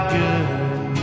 good